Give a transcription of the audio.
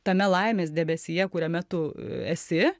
tame laimės debesyje kuriame tu esi